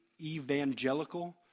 evangelical